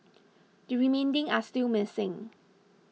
the remaining are still missing